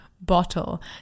bottle